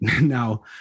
now